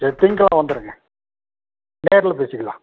சரி திங்கக்கிழம வந்துடுங்க நேரில் பேசிக்கலாம்